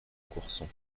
courson